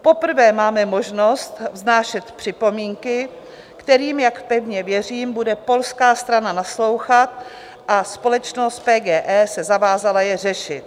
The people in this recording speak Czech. Poprvé máme možnost vznášet připomínky, kterým, jak pevně věřím, bude polská strana naslouchat, a společnost PGE se zavázala je řešit.